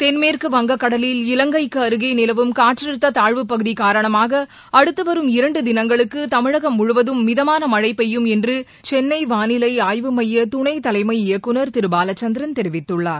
தென்மேற்கு வங்கக்கடலில் இலங்கைக்கு அருகே நிலவும் காற்றழுத்த தாழ்வு பகுதி காரணமாக அடுத்து வரும் இரண்டு தினங்களுக்கு தமிழகம் முழுவதும் மிதமாள மழை பெய்யும் என்று சென்னை வானிலை ஆய்வு மைய துணை தலைமை இயக்குனர் திரு பாலச்சந்திரன் தெரிவித்துள்ளார்